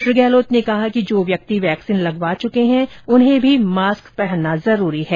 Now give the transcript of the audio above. श्री गहलोत ने कहा कि जो व्यक्ति वैक्सीन लगवा चुके हैं उन्हें भी मास्क लगाना जरूरी है